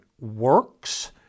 works